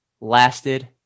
lasted